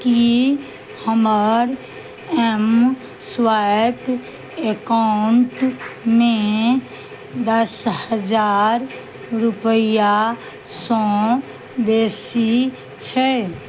की हमर M swipe एकाउंटमे दस हजार रुपैआसँ बेसी छै